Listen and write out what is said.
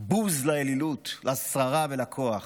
בוז לאלילות, לשררה ולכוח,